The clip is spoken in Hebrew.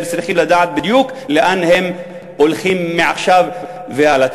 והם צריכים לדעת בדיוק לאן הם הולכים מעכשיו והלאה.